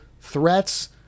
threats